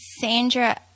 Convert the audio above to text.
Sandra